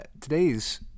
today's